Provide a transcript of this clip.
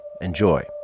enjoy